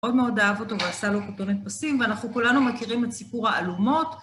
מאוד מאוד אהב אותו ועשה לו כותנת פסים, ואנחנו כולנו מכירים את סיפור האלומות.